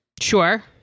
Sure